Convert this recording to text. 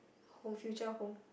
home future home